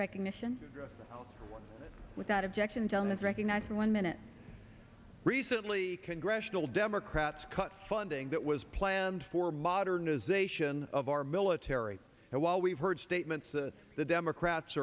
recognition without objection to on this recognizing one minute recently congressional democrats cut funding that was planned for modernization of our military and while we've heard statements the the democrats